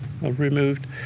removed